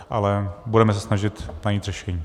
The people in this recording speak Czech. Ale budeme se snažit najít řešení.